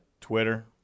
twitter